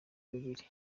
babiri